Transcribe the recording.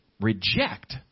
reject